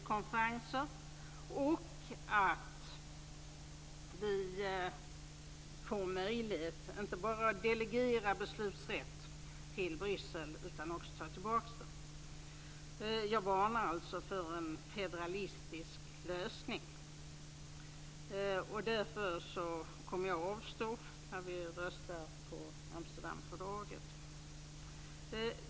Jag framhåller också att vi bör få möjlighet inte bara att delegera beslutsrätt till Bryssel utan också att ta tillbaka den. Jag varnar alltså för en federalistisk lösning. Jag kommer därför också att avstå när vi röstar om Amsterdamfördraget.